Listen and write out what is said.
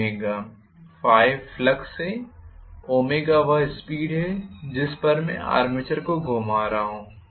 ∅ flux है वह speed है जिस पर मैं आर्मेचर को घुमा रहा हूं